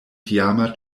tiama